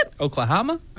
Oklahoma